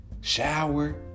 Shower